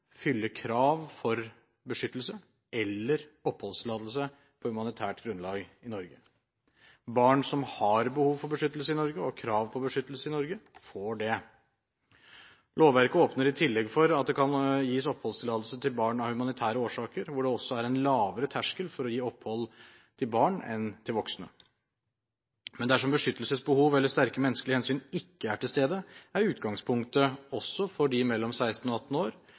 krav om beskyttelse eller krav om oppholdstillatelse på humanitært grunnlag i Norge. Barn som har behov for og krav på beskyttelse i Norge, får det. Lovverket åpner i tillegg for at barn kan gis oppholdstillatelse av humanitære årsaker. Det er også en lavere terskel for å gi opphold til barn enn til voksne. Men dersom beskyttelsesbehov eller sterke menneskelige hensyn ikke er til stede, er utgangspunktet, også for dem mellom 16 og 18 år,